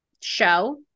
show